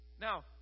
Now